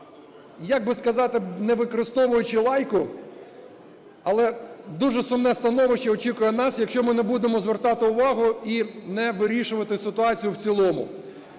Як би сказати, не використовуючи лайку, але дуже сумне становище очікує нас, якщо ми не будемо звертати увагу і не вирішувати ситуацію в цілому.